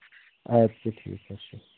اَدٕ سا ٹھیٖک حظ چھُ